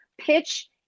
pitch